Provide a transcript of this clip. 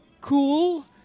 cool